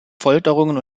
folterungen